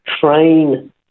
train